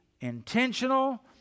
intentional